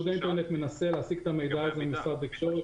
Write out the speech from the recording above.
איגוד האינטרנט מנסה להשיג את המידע הזה ממשרד התקשורת.